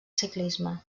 ciclisme